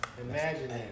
Imagine